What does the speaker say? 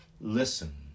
listen